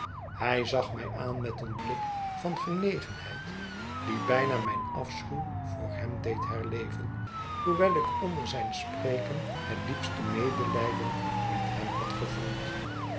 hij zag mij aan met een blik van genegenheid die bijna mijn afschuw voor hem deed herleven hoewel ik onder zijn spreken het diepste medelijden met hem had gevoeld